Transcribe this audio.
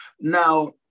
now